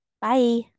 Bye